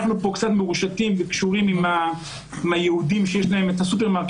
אנחנו פה קצת מרושתים וקשורים עם היהודים שיש להם סופרמרקטים,